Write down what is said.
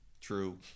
True